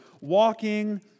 walking